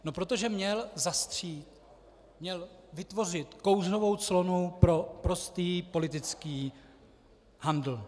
No protože měl zastřít, měl vytvořit kouřovou clonu pro prostý politický handl.